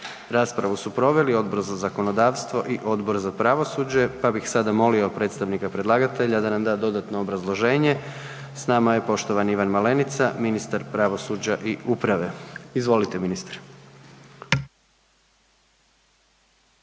Raspravu su proveli Odbor za zakonodavstvo i Odbor za pravosuđe, pa bih sada molio predstavnika predlagatelja da nam da dodatno obrazloženje. S nama je poštovani Ivan Malenica, ministar pravosuđa i uprave. Izvolite ministre.